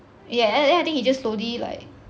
yeah and then I think he just slowly like